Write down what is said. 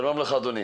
שלום לך אדוני,